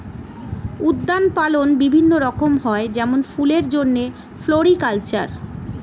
উদ্যান পালন বিভিন্ন রকম হয় যেমন ফুলের জন্যে ফ্লোরিকালচার